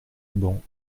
bancs